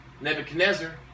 Nebuchadnezzar